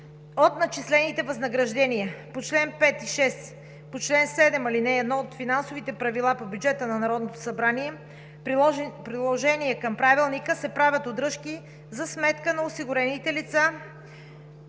от начислените възнаграждения по чл. 5 и 6 и по чл. 7, ал. 1 от Финансовите правила по бюджета на Народното събрание, приложение към Правилника, се правят удръжки за сметка на осигурените лица